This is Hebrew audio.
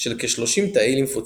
של כ-30 תאי לימפוציטים.